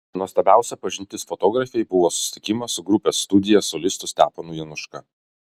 nuostabiausia pažintis fotografei buvo susitikimas su grupės studija solistu steponu januška